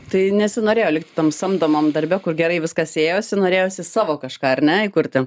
tai nesinorėjo likti tam samdomam darbe kur gerai viskas ėjosi norėjosi savo kažką ar ne įkurti